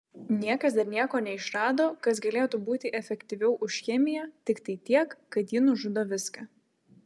niekas dar nieko neišrado kas galėtų būti efektyviau už chemiją tiktai tiek kad ji nužudo viską